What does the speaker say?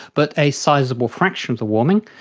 but a sizeable fraction of the warming.